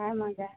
है माजा है